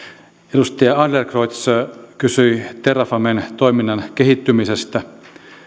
edustaja adlercreutz kysyi terrafamen toiminnan kehittymisestä